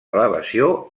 elevació